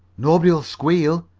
nobody'll squeal,